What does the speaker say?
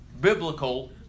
biblical